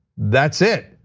that's it.